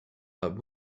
but